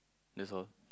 that's all